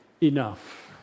enough